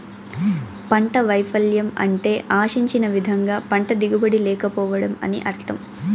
పంట వైపల్యం అంటే ఆశించిన విధంగా పంట దిగుబడి లేకపోవడం అని అర్థం